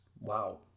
Wow